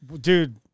dude